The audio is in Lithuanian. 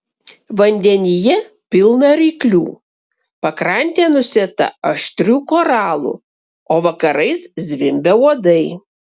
vandenyje pilna ryklių pakrantė nusėta aštrių koralų o vakarais zvimbia uodai